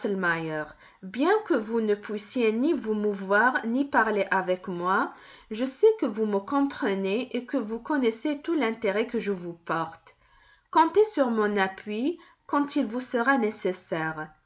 bien que vous ne puissiez ni vous mouvoir ni parler avec moi je sais que vous me comprenez et que vous connaissez tout l'intérêt que je vous porte comptez sur mon appui quand il vous sera nécessaire